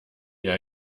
die